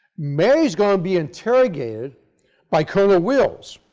mary is going to be interrogated by colonel wells,